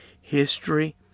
History